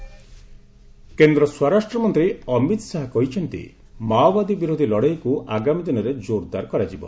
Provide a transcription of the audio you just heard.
ଅମିତ ଶାହା ଛତିଶଗଡ କେନ୍ଦ୍ର ସ୍ୱରାଷ୍ଟ୍ରମନ୍ତ୍ରୀ ଅମିତ ଶାହା କହିଛନ୍ତି ମାଓବାଦୀ ବିରୋଧୀ ଲଢେଇକୁ ଆଗାମୀ ଦିନରେ କୋରଦାର କରାଯିବ